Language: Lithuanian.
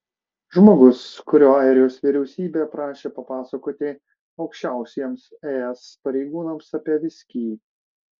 žmogus kurio airijos vyriausybė prašė papasakoti aukščiausiems es pareigūnams apie viskį